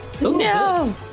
No